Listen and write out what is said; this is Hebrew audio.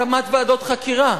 הקמת ועדות חקירה.